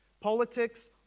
Politics